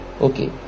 okay